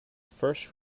first